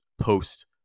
post